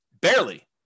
Barely